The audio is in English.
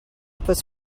puts